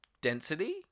density